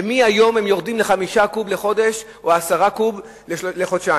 ומהיום הם יורדים ל-5 קוב לחודש או 10 קוב לחודשיים.